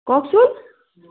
কওকচোন